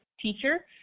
teacher